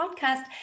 podcast